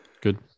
good